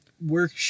Work